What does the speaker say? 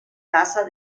tasa